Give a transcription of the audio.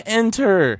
enter